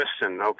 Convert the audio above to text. listen